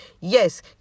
yes